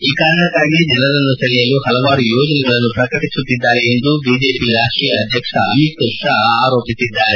ಈ ಕಾರಣಕ್ಷಾಗಿ ಜನರನ್ನು ಸೆಳೆಯಲು ಪಲವಾರು ಯೋಜನೆಗಳನ್ನು ಪ್ರಕಟಿಸುತ್ತಿದ್ದಾರೆ ಎಂದು ಬಿಜೆಪಿ ರಾಷ್ಟಾಧ್ಯಕ್ಷ ಅಮಿತ್ ಶಾ ಆರೋಪಿಸಿದ್ದಾರೆ